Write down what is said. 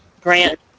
Grant